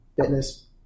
fitness